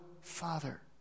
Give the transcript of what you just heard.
Father